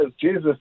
Jesus